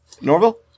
Norville